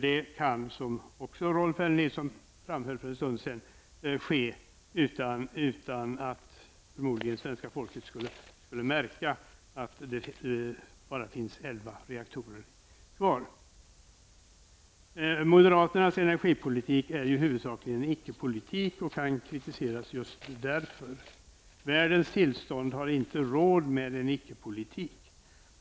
Det kan, som Rolf L Nilson också framhöll för en stund sedan, ske förmodligen utan att svenska folket skulle märka att det bara finns elva reaktorer kvar. Moderaternas energipolitik är ju huvudsakligen en icke-politik och kan kritiseras just därför. Världens tillstånd har inte råd med en icke-politik.